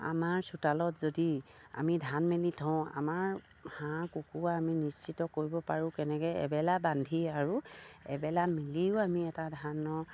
আমাৰ চোতালত যদি আমি ধান মেলি থওঁ আমাৰ হাঁহ কুকুৰা আমি নিশ্চিত কৰিব পাৰোঁ কেনেকে এবেলা বান্ধি আৰু এবেলা মেলিও আমি এটা ধানৰ